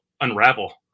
unravel